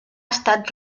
estat